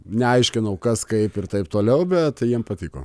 neaiškinau kas kaip ir taip toliau bet jiem patiko